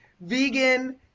vegan